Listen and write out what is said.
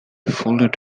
folded